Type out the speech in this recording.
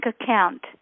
account